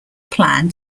plan